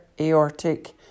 aortic